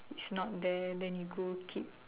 it's not there then he go keep